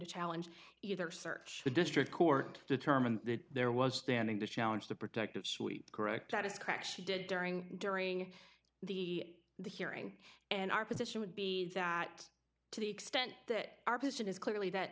to challenge either search the district court determine that there was standing to challenge the protective suite correct that is correct she did during during the the hearing and our position would be that to the extent that our position is clearly that